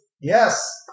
Yes